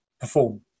perform